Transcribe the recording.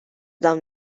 dawn